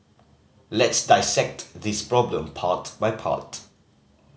let's dissect this problem part by part